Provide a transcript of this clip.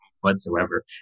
whatsoever